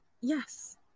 yes